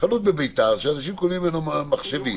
חנות בביתר שקונים ממנה מחשבים.